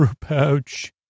pouch